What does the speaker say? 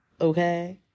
Okay